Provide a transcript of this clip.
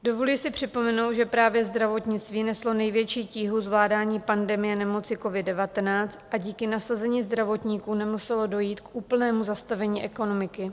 Dovoluji si připomenout, že právě zdravotnictví neslo největší tíhu zvládání pandemie nemoci covid19 a díky nasazení zdravotníků nemuselo dojít k úplnému zastavení ekonomiky.